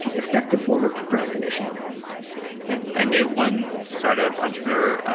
but effective form of procrastination i knew one startup entrepreneur,